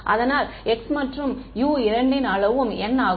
அதனால் χ மற்றும் u இரண்டின் அளவும் n ஆகும்